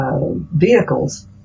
vehicles